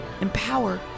empower